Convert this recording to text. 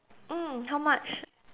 mm how much